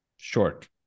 Short